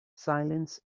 silence